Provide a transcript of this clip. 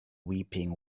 weeping